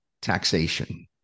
taxation